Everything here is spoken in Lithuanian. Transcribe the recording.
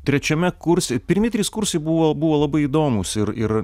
trečiame kurse pirmi trys kursai buvo buvo labai įdomūs ir ir